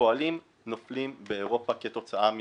פועלים נופלים באירופה כתוצאה מזה.